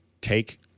take